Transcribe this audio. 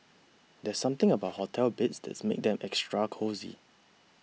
there's something about hotel beds that makes them extra cosy